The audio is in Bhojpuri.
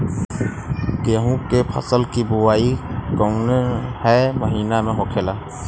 गेहूँ के फसल की बुवाई कौन हैं महीना में होखेला?